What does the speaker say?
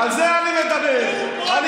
חוק הלאום.